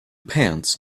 pants